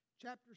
Chapter